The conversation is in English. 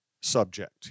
subject